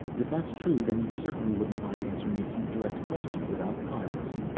if that's true, then you certainly wouldn't mind answering a few direct questions about pyrrus?